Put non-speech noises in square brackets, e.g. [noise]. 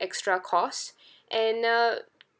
extra cost [breath] and uh